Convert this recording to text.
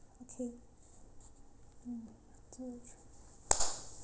okay mm one two three